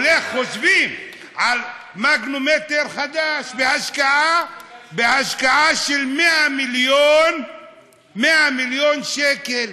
חושבים על מגנומטר חדש בהשקעה של 100 מיליון שקל.